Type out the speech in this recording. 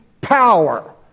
power